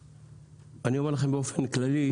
אני אומר לכם באופן כללי,